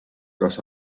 kas